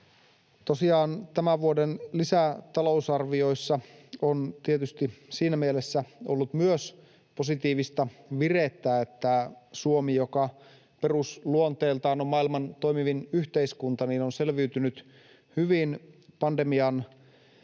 Tosiaan tämän vuoden lisätalousarvioissa on tietysti siinä mielessä ollut myös positiivista virettä, että Suomi, joka perusluonteeltaan on maailman toimivin yhteiskunta, on selviytynyt hyvin pandemian kurimuksessa